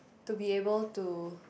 to be able to